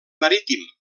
marítim